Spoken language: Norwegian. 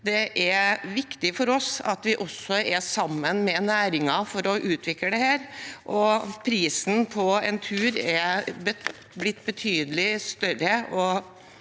Det er viktig for oss at vi også er sammen med næringen for å utvikle dette. Prisen på en tur har blitt betydelig høyere.